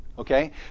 Okay